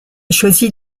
choisi